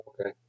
Okay